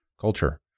culture